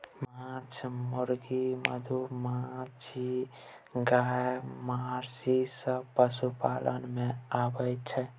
माछ, मुर्गी, मधुमाछी, गाय, महिष सब पशुपालन मे आबय छै